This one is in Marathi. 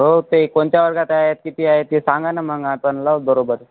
हो ते कोणत्या वर्गात आहेत किती आहे ते सांगा ना मग आपण लावूच बरोबर